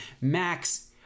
Max